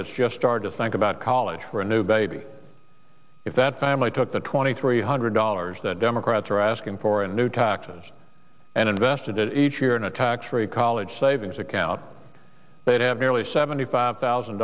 that's just start to think about college for a new baby if that family took the twenty three hundred dollars that democrats are asking for in new taxes and invested it each year in a tax free college savings account they'd have nearly seventy five thousand